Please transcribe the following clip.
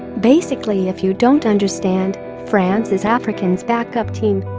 basically if you don't understand, france is africans' backup team.